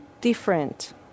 different